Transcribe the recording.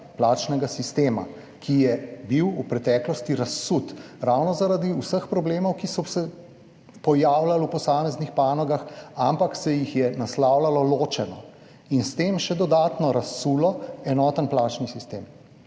plačnega sistema, ki je bil v preteklosti razsut, ravno zaradi vseh problemov, ki so se pojavljali v posameznih panogah, ampak se jih je naslavljalo ločeno in s tem še dodatno razsulo enoten plačni sistem.